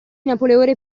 napoleone